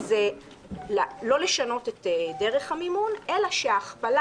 מוצע לא לשנות את דרך המימון אלא שההכפלה